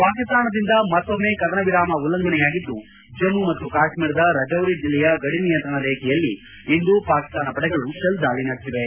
ಪಾಕಿಸ್ತಾನದಿಂದ ಮತ್ತೊಮ್ನೆ ಕದನ ವಿರಾಮ ಉಲ್ಲಂಘನೆಯಾಗಿದ್ದು ಜಮ್ನು ಮತ್ತು ಕಾಶ್ವೀರದ ರಜೌರಿ ಜಿಲ್ಲೆಯ ಗಡಿ ನಿಯಂತ್ರಣ ರೇಖೆಯಲ್ಲಿ ಇಂದು ಪಾಕಿಸ್ತಾನ ಪಡೆಗಳು ಷೆಲ್ ದಾಳಿ ನಡೆಸಿವೆ